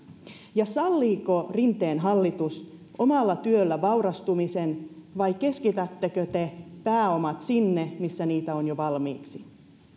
ja salliiko rinteen hallitus omalla työllä vaurastumisen vai keskitättekö te pääomat sinne missä niitä on jo valmiiksi